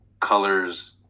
colors